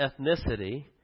ethnicity